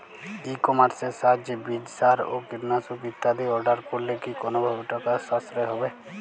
ই কমার্সের সাহায্যে বীজ সার ও কীটনাশক ইত্যাদি অর্ডার করলে কি কোনোভাবে টাকার সাশ্রয় হবে?